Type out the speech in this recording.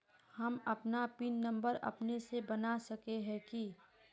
हम अपन pin number अपने से बना सके है की?